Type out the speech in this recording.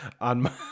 on